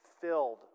filled